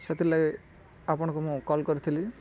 ସେଥିର୍ ଲାଗି ଆପଣଙ୍କୁ ମୁଁ କଲ୍ କରିଥିଲି